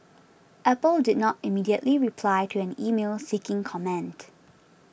Apple did not immediately reply to an email seeking comment